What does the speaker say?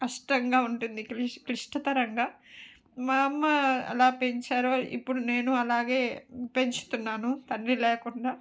కష్టంగా ఉంటుంది కష్టతరంగా మా అమ్మ అలా పెంచాను ఇప్పుడు నేను అలాగే పెంచుతున్నాను తండ్రి లేకుండా